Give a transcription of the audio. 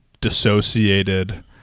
dissociated